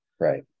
right